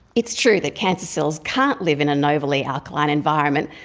it's true that cancer cells can't live in an overly alkaline environment,